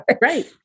Right